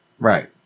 right